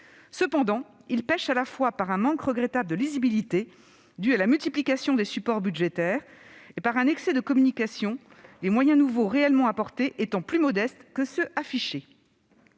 Cependant, il pèche à la fois par un manque regrettable de lisibilité, dû à la multiplication des supports budgétaires, et par un excès de communication, les moyens nouveaux « réellement » apportés étant plus modestes que ceux qui